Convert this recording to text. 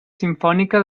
simfònica